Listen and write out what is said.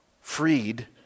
freed